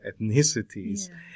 ethnicities